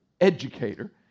educator